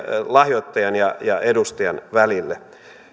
lahjoittajan ja ja edustajan välille